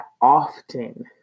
often